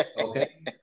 okay